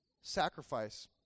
sacrifice